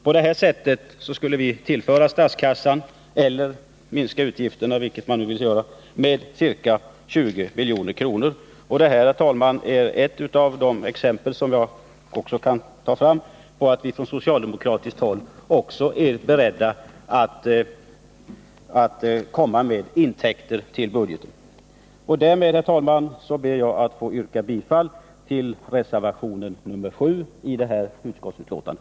På detta sätt skulle vi kunna tillföra statskassan ca 20 milj.kr. eller minska utgifterna med samma belopp — vilketdera man nu vill göra. Här är ett exempel, herr talman, som jag kan anföra på att vi från socialdemokratiskt håll också är beredda att föreslå intäkter till budgeten. Jag ber därmed, herr talman, att få yrka bifall till reservationen 7 som är fogad till detta utskottsbetänkande.